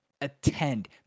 attend